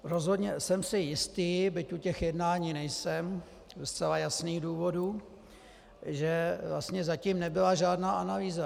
Rozhodně jsem si jistý, byť u těch jednání nejsem ze zcela jasných důvodů, že zatím nebyla žádná analýza.